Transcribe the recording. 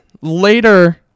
later